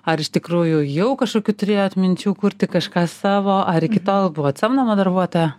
ar iš tikrųjų jau kažkokių turėjot minčių kurti kažką savo ar iki tol buvot samdoma darbuotoja